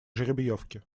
жеребьевки